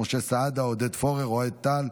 בעד, כולל טלי.